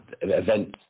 events